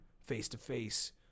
face-to-face